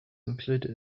included